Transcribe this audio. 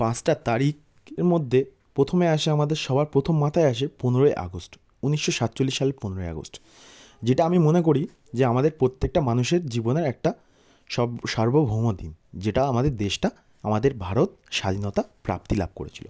পাঁচটা তারিখ মধ্যে প্রথমে আসে আমাদের সবার প্রথম মাথায় আসে পনেরোই আগস্ট উনিশশো সাতচল্লিশ সালে পনেরোই আগস্ট যেটা আমি মনে করি যে আমাদের প্রত্যেকটা মানুষের জীবনের একটা সব সার্বভৌম দিন যেটা আমাদের দেশটা আমাদের ভারত স্বাধীনতা প্রাপ্তি লাভ করেছিল